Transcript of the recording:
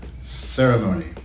ceremony